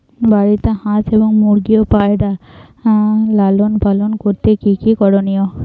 বাড়িতে হাঁস এবং মুরগি ও পায়রা লালন পালন করতে কী কী করণীয়?